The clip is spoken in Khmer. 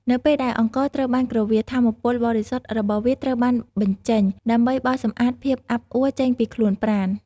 នៅពេលដែលអង្ករត្រូវបានគ្រវាស ថាមពលបរិសុទ្ធរបស់វាត្រូវបានបញ្ចេញ ដើម្បីបោសសម្អាតភាពអាប់អួចេញពីខ្លួនប្រាណ។